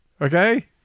Okay